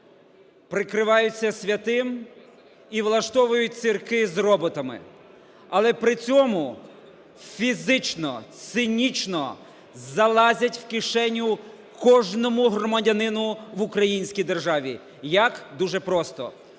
Прикриваються святим і влаштовують цирки із роботами, але при цьому фізично, цинічно залазять в кишеню кожному громадянину в українській державі. Як? Дуже просто.